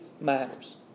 matters